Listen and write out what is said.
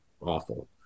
awful